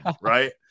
right